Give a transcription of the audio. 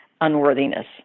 unworthiness